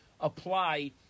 apply